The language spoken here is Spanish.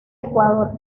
ecuador